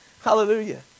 Hallelujah